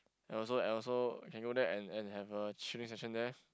and also and also can go there and and have a chilling session there